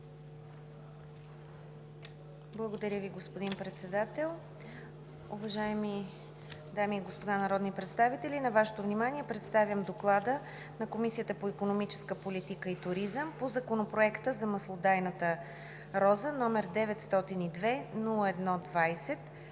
Благодаря Ви, господин Председател. Уважаеми дами и господа народни представители, на Вашето внимание представям: „ДОКЛАД на Комисията по икономическа политика и туризъм по Законопроект за маслодайната роза, № 902-01-20,